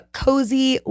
cozy